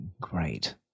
Great